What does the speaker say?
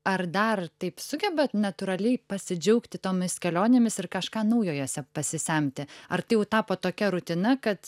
ar dar taip sugebat natūraliai pasidžiaugti tomis kelionėmis ir kažką naujo jose pasisemti ar tai jau tapo tokia rutina kad